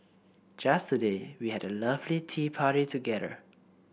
just today we had a lovely tea party together